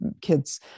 kids